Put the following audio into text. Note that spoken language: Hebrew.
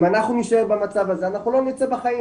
אם אנחנו נשאר במצב הזה אנחנו לא נצא בחיים.